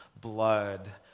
blood